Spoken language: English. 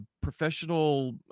professional